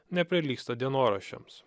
neprilygsta dienoraščiams